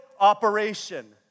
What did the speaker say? operation